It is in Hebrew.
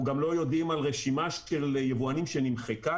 גם לא יודעים על רשימה של יבואנים שנמחקה,